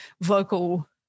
vocal